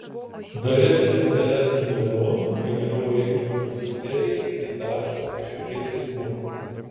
dalis nts neuronų generuoja impulsų serijas į taktą su širdies ritmu